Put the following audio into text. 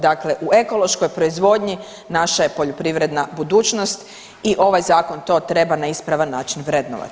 Dakle, u ekološkoj proizvodnji naša je poljoprivredna budućnost i ovaj zakon to treba na ispravan način vrednovati.